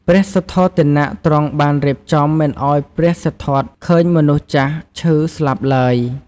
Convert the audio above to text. ព្រះសុទ្ធោទនៈទ្រង់បានរៀបចំមិនឲ្យព្រះសិទ្ធត្ថឃើញមនុស្សចាស់ ឈឺ ស្លាប់ឡើយ។